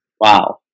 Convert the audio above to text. Wow